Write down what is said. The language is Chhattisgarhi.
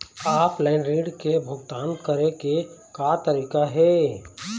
ऑफलाइन ऋण के भुगतान करे के का तरीका हे?